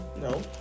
No